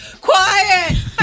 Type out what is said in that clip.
Quiet